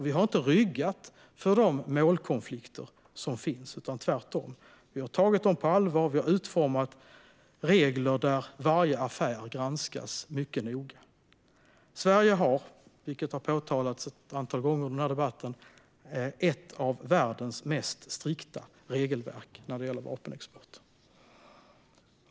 Vi har inte ryggat för de målkonflikter som finns, utan tvärtom har vi tagit dem på allvar och utformat regler där varje affär granskas mycket noga. Sverige har, vilket har påpekats ett antal gånger under den här debatten, ett av världens mest strikta regelverk när det gäller vapenexport.